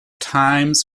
times